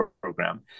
program